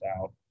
out